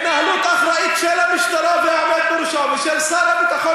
התנהלות אחראית של המשטרה והעומד בראשה ושל השר לביטחון